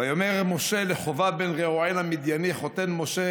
"ויאמר משה לחֹבב בן רעואל המדיָני חֹתן משה